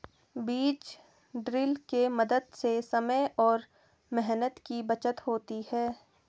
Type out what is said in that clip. बीज ड्रिल के मदद से समय और मेहनत की बचत होती है